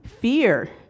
fear